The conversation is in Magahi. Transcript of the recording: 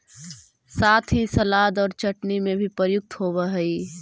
साथ ही सलाद और चटनी में भी प्रयुक्त होवअ हई